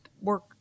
work